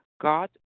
God